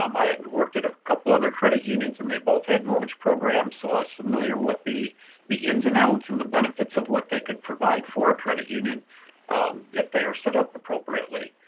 um i had and worked at a couple other credit unions, and they both had mortgage programs, programs, so i was familiar with the the ins and outs and the benefits of what they could provide for a credit union if they are set up appropriately.